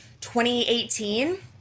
2018